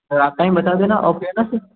और आप टाइम बता देना ओके है न फिर